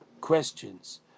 questions